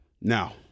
now